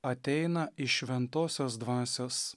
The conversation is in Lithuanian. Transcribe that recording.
ateina iš šventosios dvasios